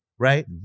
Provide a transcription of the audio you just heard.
right